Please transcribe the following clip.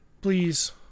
please